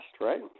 right